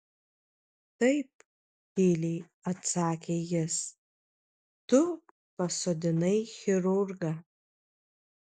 taip tyliai atsakė jis tu pasodinai chirurgą